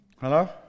Hello